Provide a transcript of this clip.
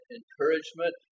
encouragement